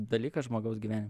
dalykas žmogaus gyvenime